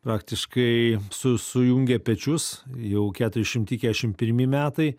praktiškai su sujungė pečius jau keturiasdešimti keturiasdešimt pirmi metai